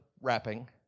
wrapping